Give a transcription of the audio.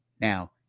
Now